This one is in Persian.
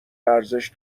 ارزش